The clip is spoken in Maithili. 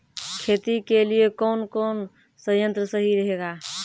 खेती के लिए कौन कौन संयंत्र सही रहेगा?